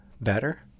better